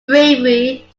bravery